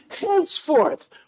henceforth